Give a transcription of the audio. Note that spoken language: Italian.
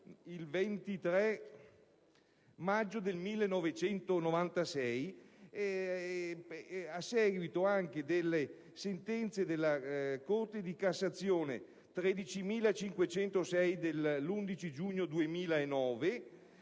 il 23 maggio 1996, a seguito anche della sentenza della Corte di cassazione n. 13506 dell'11 giugno 2009,